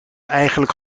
eigenlijk